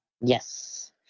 Yes